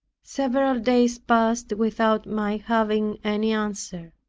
several days passed without my having any answer.